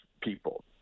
people